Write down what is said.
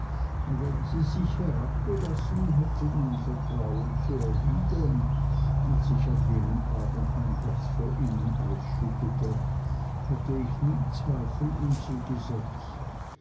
wenn sie sich herabgelassen hätten mein vertrauen zu erwidern als ich an jenem abend mein herz vor ihnen ausschüttete hätte ich nie zweifel in sie gesetzt